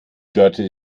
dörte